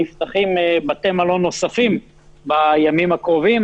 נפתחים בתי מלון נוספים בימים הקרובים.